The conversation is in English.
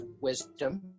wisdom